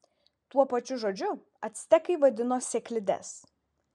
tuo pačiu žodžiu actekai vadino sėklides